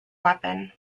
weapon